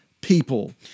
people